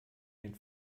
den